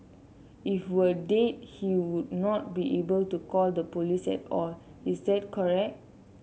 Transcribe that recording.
if were dead he would not be able to call the police at all is that correct